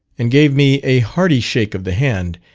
and gave me a hearty shake of the hand,